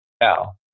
Now